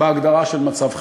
בהגדרה של מצב חירום.